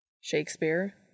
Shakespeare